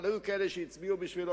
אבל היו כאלה שהצביעו בשבילו,